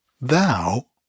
thou